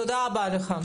תודה רבה לך.